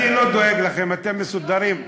אני לא דואג לכם, אתם מסודרים.